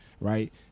right